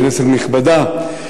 כנסת נכבדה,